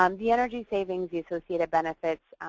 um the energy savings, the associated benefits,